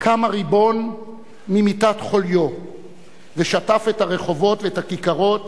קם הריבון ממיטת חוליו ושטף את הרחובות והכיכרות